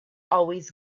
always